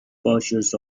pastures